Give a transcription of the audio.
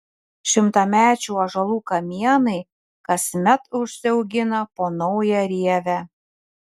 šimtamečių ąžuolų kamienai kasmet užsiaugina po naują rievę